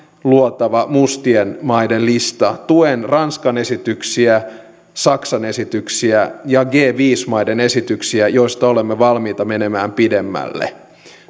luotava mustien maiden lista tuen ranskan esityksiä saksan esityksiä ja g viisi maiden esityksiä joista olemme valmiita menemään pidemmälle